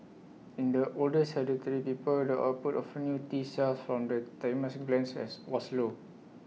in the older sedentary people the output of new T cells from the thymus glands has was low